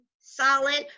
solid